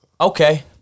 Okay